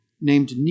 named